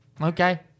Okay